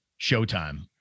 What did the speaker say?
showtime